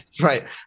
right